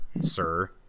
sir